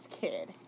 kid